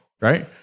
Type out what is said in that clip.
right